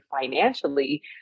financially